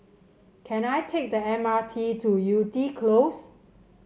can I take the M R T to Yew Tee Close